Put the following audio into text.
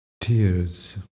tears